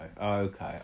okay